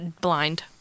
Blind